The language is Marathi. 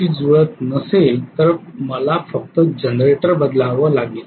ते जुळत नसल्यास मला फक्त माझा जनरेटर सुधारित करावा लागेल